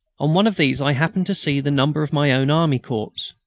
on one of these i happened to see the number of my own army corps.